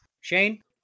Shane